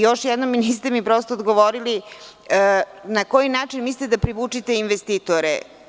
Još jednom, niste mi odgovorili, na koji način mislite da privučete investitore?